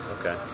Okay